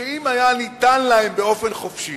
שאם היה ניתן להם, באופן חופשי,